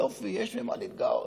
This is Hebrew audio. יופי, יש במה להתגאות.